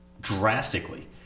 drastically